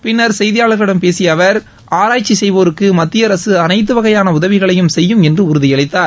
பிள்ளர் செய்தியாளர்களிடம் பேசிய அவர் ஆராய்ச்சி செய்வோருக்கு மத்திய அரசு அனைத்து வகையான உதவிகளையும் செய்யும் என்று உறுதியளித்தார்